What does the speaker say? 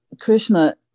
krishna